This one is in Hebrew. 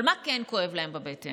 אבל על מה כן כואב להם בבטן?